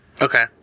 okay